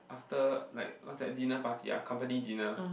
is the like what's that dinner party ah company dinner